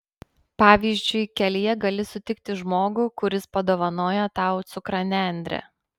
pavyzdžiui kelyje gali sutikti žmogų kuris padovanoja tau cukranendrę